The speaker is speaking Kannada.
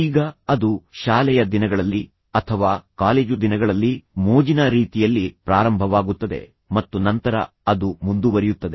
ಈಗ ಅದು ಶಾಲೆಯ ದಿನಗಳಲ್ಲಿ ಅಥವಾ ಕಾಲೇಜು ದಿನಗಳಲ್ಲಿ ಮೋಜಿನ ರೀತಿಯಲ್ಲಿ ಪ್ರಾರಂಭವಾಗುತ್ತದೆ ಮತ್ತು ನಂತರ ಅದು ಮುಂದುವರಿಯುತ್ತದೆ